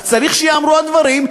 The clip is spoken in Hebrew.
אז צריך שייאמרו הדברים,